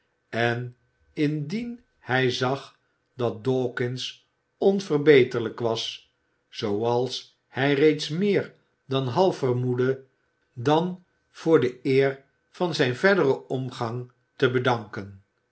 en indien hij zag dat dawkins onverbeterlijk was zooals hij reeds meer dan half vermoedde dan voor de eer van zijn verderen omgang te bedanken